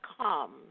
come